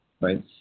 right